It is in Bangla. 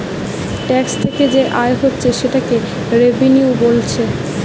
ট্যাক্স থিকে যে আয় হচ্ছে সেটাকে রেভিনিউ বোলছে